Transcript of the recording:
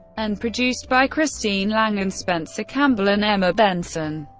and produced by christine langan, spencer campbell and emma benson.